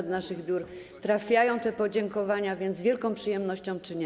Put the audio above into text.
Do naszych biur trafiają te podziękowania, więc z wielką przyjemnością je przekazuję.